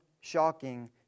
shocking